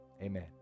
amen